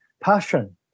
passion